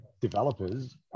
developers